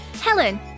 Helen